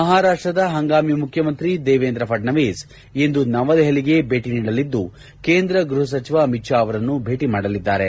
ಮಹಾರಾಷ್ಟದ ಹಂಗಾಮಿ ಮುಖ್ಯಮಂತ್ರಿ ದೇವೇಂದ್ರ ಫಡ್ನವಿಸ್ ಇಂದು ನವದೆಹಲಿಗೆ ಭೇಟಿ ನೀಡಲಿದ್ದು ಕೇಂದ್ರ ಗೃಹ ಸಚಿವ ಅಮಿತ್ ಶಾ ಅವರನ್ನು ಭೇಟಿ ಮಾಡಲಿದ್ದಾರೆ